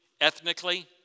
ethnically